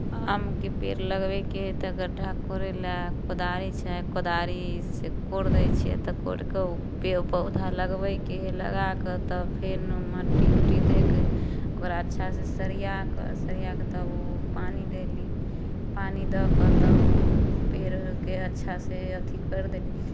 आमके पेड़ लगबैके हइ तऽ गड्ढा कोरय लेल कोदारिसँ कोदारि सँ कोरि दै छियै तऽ कोरि कऽ ओ पौधा लगबै के हइ लगा कऽ तऽ फेन ओहिमे मट्टी उट्टी दए कऽ ओकरा अच्छासँ सरिया कऽ सरिया कऽ तब ओ पानि देली पानि दऽ कऽ तब ओ पेड़केँ अच्छासँ अथि कर देली